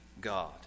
God